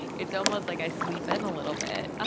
it's almost like i sleep in a little bit, ah